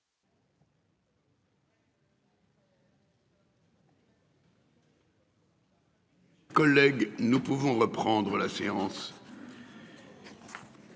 Collègues, nous pouvons reprendre la séance.--